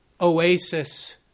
oasis